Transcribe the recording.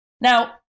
Now